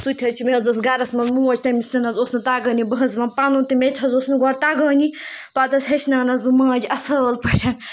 سُہ تہِ حظ چھِ مےٚ حظ ٲس گَرَس منٛز موج تٔمِس تہِ نہ حظ اوس نہٕ تگٲنی بہٕ حظ وَن پَنُن تہِ مےٚ تہِ حظ اوس نہٕ گۄڈٕ تگٲنی پَتہٕ حظ ہیٚچھنٲونَس بہٕ ماجہِ اَصٕل پٲٹھۍ